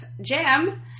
jam